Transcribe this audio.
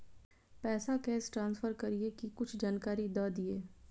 पैसा cash transfer करऐ कि कुछ जानकारी द दिअ